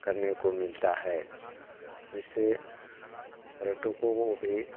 करने को मिलता है जिससे पर्यटकों को भी